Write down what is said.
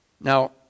now